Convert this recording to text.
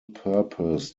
purpose